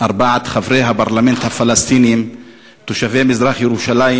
ארבעת חברי הפרלמנט הפלסטינים תושבי מזרח-ירושלים,